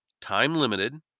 time-limited